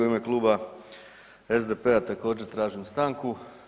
U ime Kluba SDP-a također tražim stanku.